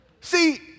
See